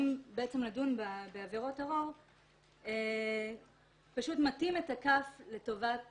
לדון בעבירות טרור פשוט מטים את הכף לטובת